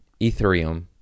ethereum